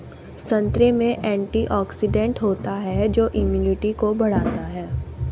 संतरे में एंटीऑक्सीडेंट होता है जो इम्यूनिटी को बढ़ाता है